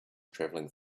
traveling